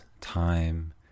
time